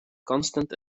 constant